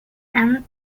and